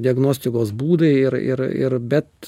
diagnostikos būdai ir ir ir bet